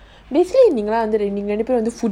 basically நான்வந்து:nan vandhu